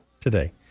today